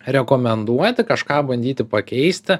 rekomenduoti kažką bandyti pakeisti